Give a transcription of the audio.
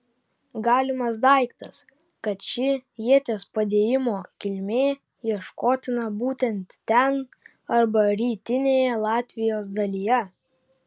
galimas daiktas kad ši ieties padėjimo kilmė ieškotina būtent ten arba rytinėje latvijos dalyje